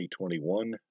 2021